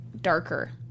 darker